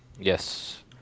Yes